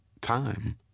time